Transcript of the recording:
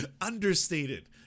understated